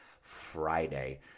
friday